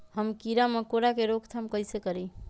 हम किरा मकोरा के रोक थाम कईसे करी?